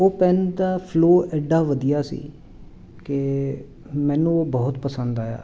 ਉਹ ਪੈੱਨ ਦਾ ਫਲੋ ਐਡਾ ਵਧੀਆ ਸੀ ਕਿ ਮੈਨੂੰ ਉਹ ਬਹੁਤ ਪਸੰਦ ਆਇਆ